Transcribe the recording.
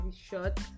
short